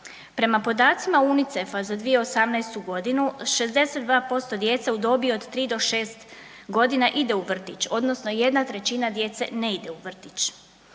Prema podacima UNICEF-a za 2018.g. 62% djece u dobi od 3 do 6.g. ide u vrtić odnosno 1/3 djece ne ide u vrtić.